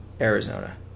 Arizona